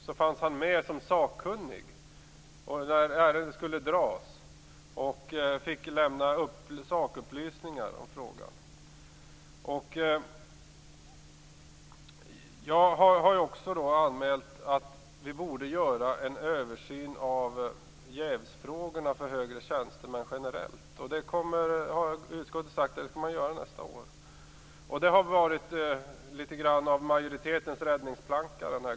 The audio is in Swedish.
Han fanns med som sakkunnig när ärendet skulle föredras och fick lämna sakupplysningar i frågan. Jag har också anmält att vi borde göra en generell översyn av jävsfrågorna för högre tjänstemän. Utskottet har sagt att man skall göra det nästa år. Det har den här gången varit litet grand av majoritetens räddningsplanka.